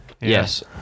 Yes